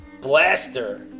Blaster